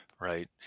Right